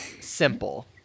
simple